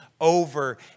over